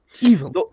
easily